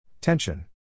Tension